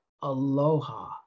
aloha